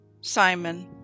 Simon